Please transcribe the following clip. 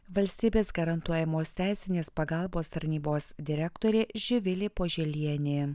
valstybės garantuojamos teisinės pagalbos tarnybos direktorė živilė poželienė